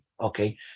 Okay